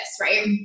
right